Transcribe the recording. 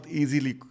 easily